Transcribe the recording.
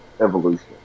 evolution